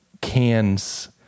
cans